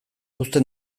uzten